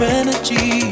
energy